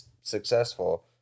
successful